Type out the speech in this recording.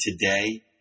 today